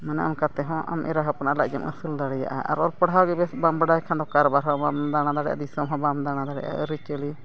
ᱢᱟᱱᱮ ᱚᱱᱠᱟ ᱛᱮᱦᱚᱸ ᱟᱢ ᱮᱨᱟ ᱦᱚᱯᱚᱱᱟᱜ ᱞᱟᱡ ᱮᱢ ᱟᱹᱥᱩᱞ ᱫᱟᱲᱮᱭᱟᱜᱼᱟ ᱟᱨ ᱚᱞ ᱯᱟᱲᱦᱟᱣ ᱜᱮ ᱵᱮᱥ ᱵᱟᱢ ᱵᱟᱲᱟᱭ ᱠᱷᱟᱱ ᱫᱚ ᱠᱟᱨᱵᱟᱨ ᱦᱚᱸ ᱵᱟᱢ ᱫᱟᱬᱟ ᱫᱟᱲᱮᱭᱟᱜᱼᱟ ᱫᱤᱥᱚᱢ ᱦᱚᱸ ᱵᱟᱢ ᱫᱟᱬᱟ ᱫᱟᱲᱮᱭᱟᱜᱼᱟ ᱟᱹᱨᱤᱪᱟᱹᱞᱤ